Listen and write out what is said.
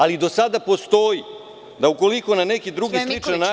Ali, do sada postoji da ukoliko na neki drugi sličan način…